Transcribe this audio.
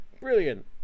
brilliant